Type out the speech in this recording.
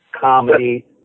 comedy